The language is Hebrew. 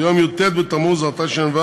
ביום י"ט בתמוז התשע"ו,